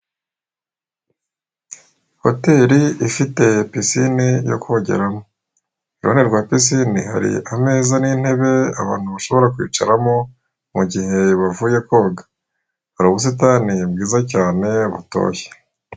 Hoteri ifite pisine yo kogeramo, iruhande rwa pisine hari ameza n'intebe abantu bashobora kwicaramo mu gihe bavuye koga, hari ubusitani bwiza cyane butoshye.